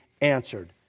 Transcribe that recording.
answered